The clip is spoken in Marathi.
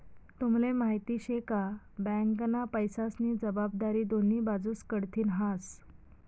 तुम्हले माहिती शे का? बँकना पैसास्नी जबाबदारी दोन्ही बाजूस कडथीन हास